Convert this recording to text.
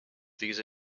these